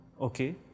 okay